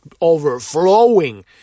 overflowing